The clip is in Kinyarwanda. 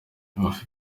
bafite